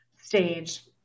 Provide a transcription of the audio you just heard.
stage